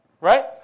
right